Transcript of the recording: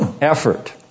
effort